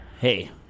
Hey